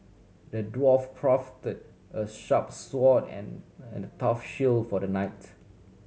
the dwarf crafted a sharp sword and and a tough shield for the knights